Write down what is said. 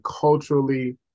culturally